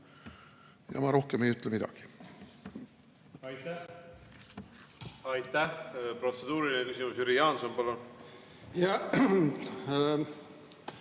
Ma rohkem ei ütle midagi.